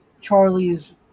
Charlie's